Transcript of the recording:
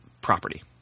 property